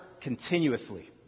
continuously